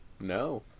No